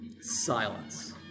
Silence